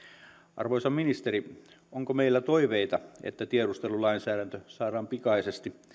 arvoisa ministeri onko meillä toiveita että tiedustelulainsäädäntö saadaan pikaisesti